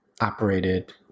operated